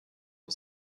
auf